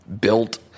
built